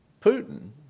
Putin